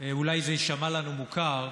אולי זה יישמע לנו מוכר,